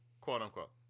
Quote-unquote